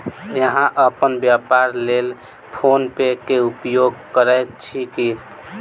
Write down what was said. अहाँ अपन व्यापारक लेल फ़ोन पे के उपयोग करै छी की?